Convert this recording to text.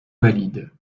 valide